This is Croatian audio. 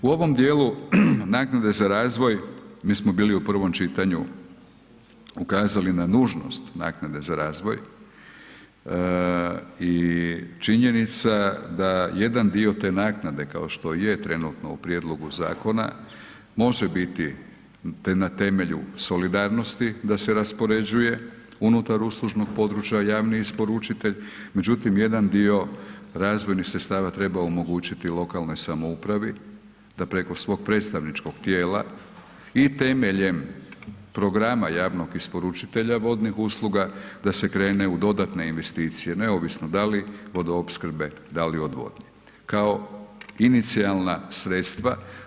U ovom dijelu naknade za razvoj mi smo bili u prvom čitanju ukazali na nužnost naknade za razvoj i činjenica da jedan dio te naknade kao što je trenutno u prijedlogu zakona može biti na temelju solidarnosti da se raspoređuje unutar uslužnog područja javni isporučitelj, međutim jedan dio razvojnih sredstava treba omogućiti lokalnoj samoupravi, a preko svog predstavničkog tijela i temeljem programa javnog isporučitelja vodnih usluga, da se krene u dodatne investicije neovisno da li vodoopskrbe, da li odvodnje, kao inicijalna sredstva.